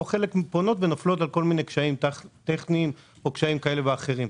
וחלק פונות ונופלות בגלל כל מיני קשיים טכניים או קשיים כאלה ואחרים.